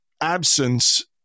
absence